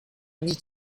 need